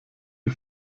die